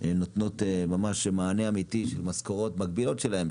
שהן נותנות ממש מענה אמתי של משכורות מגביהות שלהן.